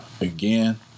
again